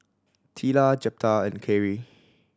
Teela Jeptha and Carey